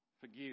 forgive